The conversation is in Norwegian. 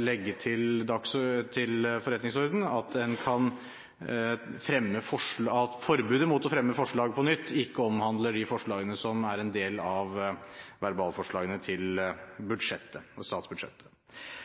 legge til forretningsordenen at forbudet mot å fremme forslag på nytt ikke omhandler de forslagene som er del av verbalforslagene til